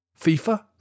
FIFA